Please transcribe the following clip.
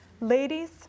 Ladies